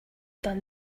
done